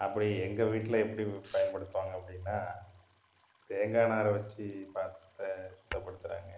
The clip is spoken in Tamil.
அப்படி எங்கள் வீட்டில் எப்படி பயன்படுத்துவாங்க அப்படின்னா தேங்காய் நாரை வச்சு பாத்திரத்த சுத்தப்படுத்துகிறாங்க